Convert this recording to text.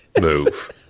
move